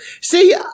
See